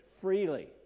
freely